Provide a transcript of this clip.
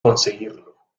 conseguirlo